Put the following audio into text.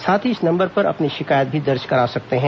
साथ ही इस नंबर पर अपनी शिकायत भी दर्ज करा सकते हैं